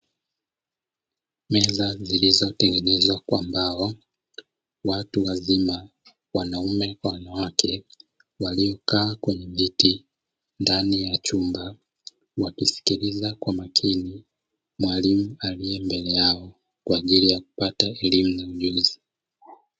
Meza zilizotengenezwa kwa mbao, watu wazima wanaume kwa wanawake waliokaa kwenye viti ndani ya chumba wakisikiliza kwa makini mwalimu aliyembele yao kwa ajili ya kupata elimu na ujuzi.